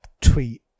tweet